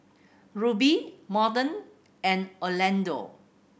Rubie Morton and Orlando